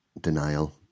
denial